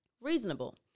Reasonable